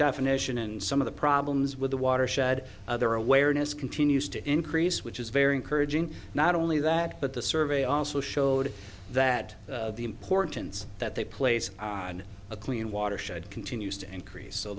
definition and some of the problems with the watershed other awareness continues to increase which is very encouraging not only that but the survey also showed that the importance that they place on a clean water should continues to increase so